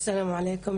(אומרת בערבית,